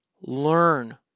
Learn